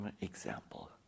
example